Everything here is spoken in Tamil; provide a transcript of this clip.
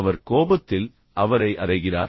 அவர் கோபத்தில் அவரை அறைகிறார்